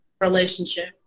relationship